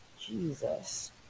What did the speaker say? Jesus